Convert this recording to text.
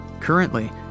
Currently